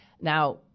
Now